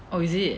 oh is it